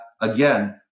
again